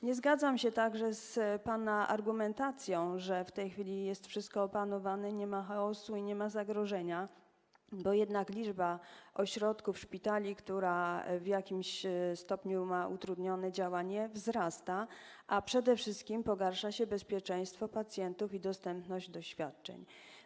Nie zgadzam się także z pana argumentacją, że w tej chwili wszystko jest opanowane, nie ma chaosu i nie ma zagrożenia, bo jednak liczba ośrodków, szpitali, które w jakimś stopniu mają utrudnione działanie, wzrasta, a przede wszystkim pogarsza się bezpieczeństwo pacjentów i ich dostęp do świadczeń.